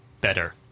better